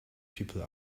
people